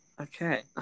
Okay